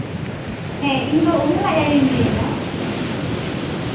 ᱦᱮᱸ ᱤᱧ ᱫᱚ ᱩᱢᱟᱹᱞ ᱟᱡ ᱟᱭᱚᱧ ᱞᱟᱹᱭᱮᱫᱟ